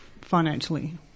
financially